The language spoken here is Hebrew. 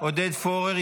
עודד פורר,